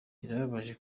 birababaje